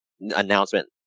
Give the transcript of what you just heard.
announcement